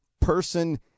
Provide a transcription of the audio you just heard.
person